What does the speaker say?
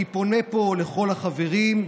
ואני פונה פה לכל החברים,